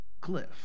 Cliff